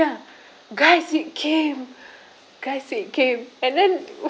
guys it came guys it came and then